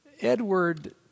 Edward